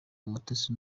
umutesi